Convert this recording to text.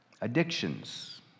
addictions